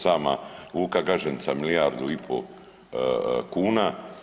Sama luka Gaženica milijardu i pol kuna.